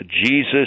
Jesus